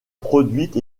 produite